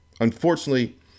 Unfortunately